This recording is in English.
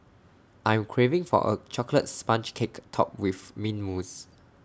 I am craving for A Chocolate Sponge Cake Topped with Mint Mousse